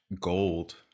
gold